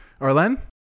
Arlen